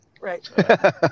Right